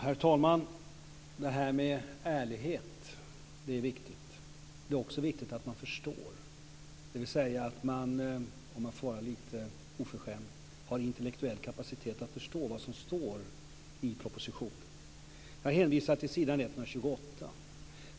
Herr talman! Det här med ärlighet är viktigt. Det är också viktigt att man förstår, dvs. att man, om jag får vara lite oförskämd, har intellektuell kapacitet att förstå vad som står i propositionen. Jag hänvisar till s. 128.